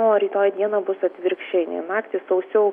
na o rytoj dieną bus atvirkščiai nei naktį sausiau